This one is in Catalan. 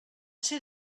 ser